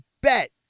bet